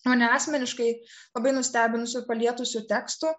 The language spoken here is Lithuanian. mane asmeniškai labai nustebinusių ir palietusių tekstų